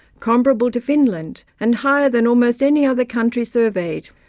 comparable to finland, and higher than almost any other country surveyed,